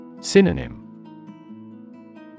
Synonym